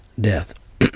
death